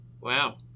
Wow